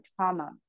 trauma